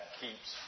keeps